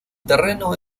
terreno